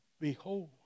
Behold